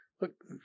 look